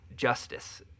justice